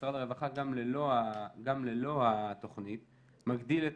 משרד הרווחה גם ללא התכנית מגדיל את